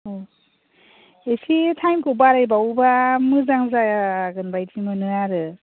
एसे टाइम खौ बारायबावोबा मोजां जागोन बायदि मोनो आरो